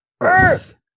Earth